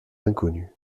inconnue